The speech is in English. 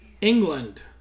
England